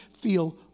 feel